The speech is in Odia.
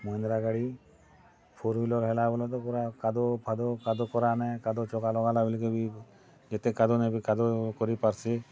ମହେନ୍ଦ୍ରା ଗାଡ଼ି ଫୋର ହୁଇଲର୍ ହେଲା ବୋଲେ ତ ପୁରା କାଦୁଅ ଫାଦୁଅ କାଦୁଅ କରାନେ କାଦୁଅ ଚକା ଲଗାଲା ବୋଲି କେ ବି ଏତେ କାଦୁଅ ନେ ବି କାଦୁଅ କରି ପାର୍ସି